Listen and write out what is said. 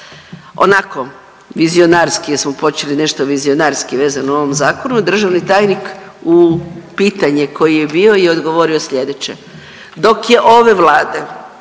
Onako vizionarski jer smo počeli nešto vizionarski vezano u ovom zakonu, a državni tajnik u pitanje koje je bio i odgovorio slijedeće,